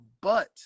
But-